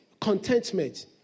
contentment